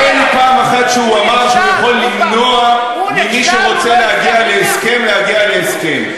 תראה לי פעם אחת שהוא יכול למנוע ממי שרוצה להגיע להסכם להגיע להסכם.